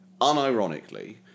unironically